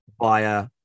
via